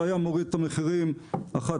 זה היה מוריד את המחירים אחת-שתיים.